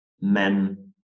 men